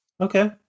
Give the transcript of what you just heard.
Okay